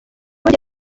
njye